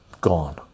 gone